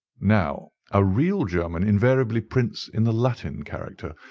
now, a real german invariably prints in the latin character,